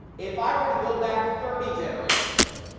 if i were to go back thirty generations,